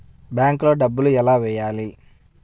బ్యాంక్లో డబ్బులు ఎలా వెయ్యాలి?